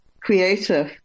creative